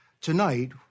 Tonight